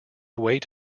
wait